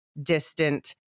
distant